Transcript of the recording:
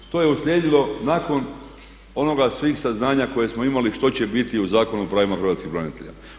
To je uslijedilo nakon onoga, svih saznanja koje smo imali što će biti u Zakonu o pravima hrvatskih branitelja.